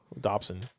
Dobson